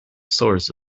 source